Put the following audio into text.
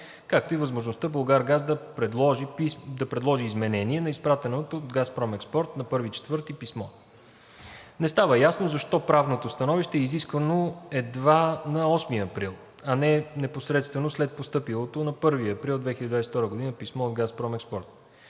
както и възможността „Булгаргаз“ да предложи изменение на изпратеното от „Газпром Експорт“ на 1 април 2022 г. писмо. Не става ясно защо правното становище е изискано едва на 8 април, а не непосредствено след постъпилото на 1 април 2022 г. писмо от „Газпром Експорт“.